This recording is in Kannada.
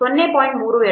32 ಆಗಿದೆ